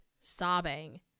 sobbing